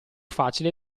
facile